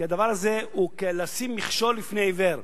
כי הדבר הזה הוא לשים מכשול בפני עיוור.